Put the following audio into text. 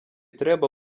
треба